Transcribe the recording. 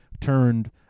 turned